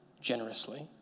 generously